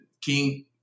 King